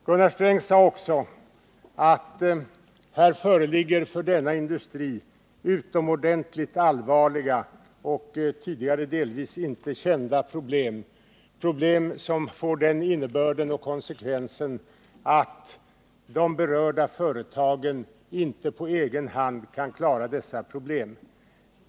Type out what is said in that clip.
Gunnar Sträng sade också att det för denna industri föreligger utomordentligt allvarliga och tidigare delvis inte kända problem, problem som får den innebörden och konsekvensen att de berörda företagen inte på egen hand kan klara upp dem.